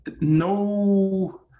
no